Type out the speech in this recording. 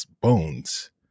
bones